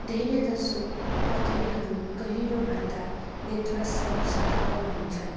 धेरैजसो पथरीहरू गहिरोभन्दा नेत्रश्ल सतहमा हुन्छन्